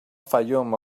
fayoum